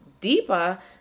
deeper